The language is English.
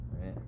right